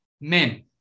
Men